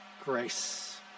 grace